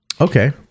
Okay